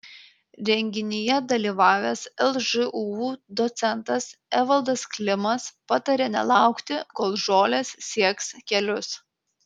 renginyje dalyvavęs lžūu docentas evaldas klimas patarė nelaukti kol žolės sieks kelius